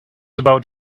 about